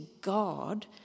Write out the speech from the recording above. God